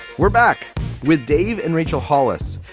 we're back with dave and rachel hollis,